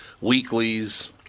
weeklies